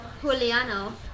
Juliano